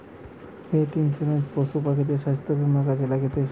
পেট insurance পশু পাখিদের স্বাস্থ্য বীমা কাজে লাগতিছে